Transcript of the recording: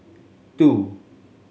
two